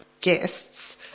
guests